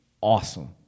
awesome